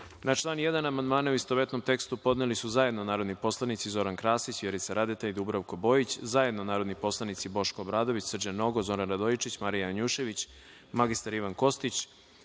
član 1. amandmane, u istovetnom tekstu, podneli su zajedno narodni poslanici Zoran Krasić, Vjerica Radeta i Dubravko Bojić, zajedno narodni poslanici Boško Obradović, Srđan Nogo, Zoran Radojičić, Marija Janjušević, mr Ivan Kostić,